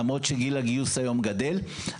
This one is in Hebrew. למרות שגיל הגיוס היום עלה,